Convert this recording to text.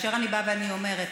אני באה ואני אומרת: